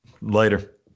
Later